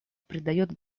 придает